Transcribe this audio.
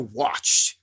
watched